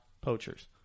poachers